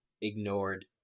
ignored